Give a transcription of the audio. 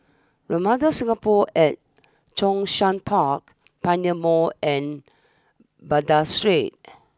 Ramada Singapore at Zhongshan Park Pioneer Mall and Baghdad Street